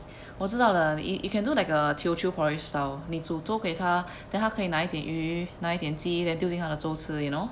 我知道了 y~ you can do like a teochew porridge style 你煮粥给他 then 他可以拿一点鱼拿一点鸡 then 丢进他的粥吃 you know